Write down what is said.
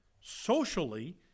socially